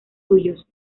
suyos